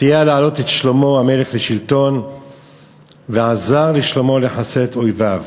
סייע להעלות את שלמה המלך לשלטון ועזר לשלמה לחסל את אויביו,